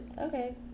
okay